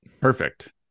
Perfect